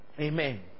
Amen